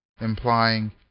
implying